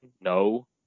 no